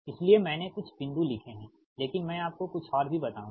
इसलिए मैंने कुछ बिंदु लिखे हैं लेकिन मैं आपको कुछ और भी बताऊंगा